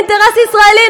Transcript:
אינטרס ישראלי,